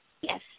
Yes